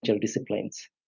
disciplines